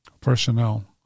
personnel